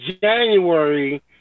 January